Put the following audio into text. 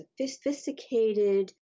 sophisticated